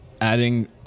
adding